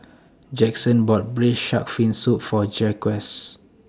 Jackson bought Braised Shark Fin Soup For Jaquez